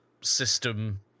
system